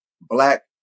Black